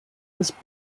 was